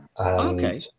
Okay